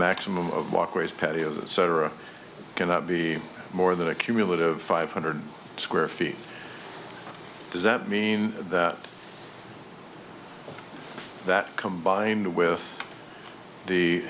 maximum of walkways patios cetera cannot be more than a cumulative five hundred square feet does that mean that that combined with the